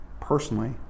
personally